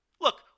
Look